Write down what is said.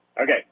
Okay